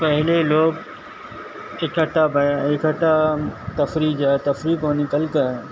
پہلے لوگ اکٹھا اکٹھا تفریح جا تفریح کو نکل کر